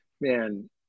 Man